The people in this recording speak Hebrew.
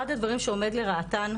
אחד הדברים שעומד לרעתן,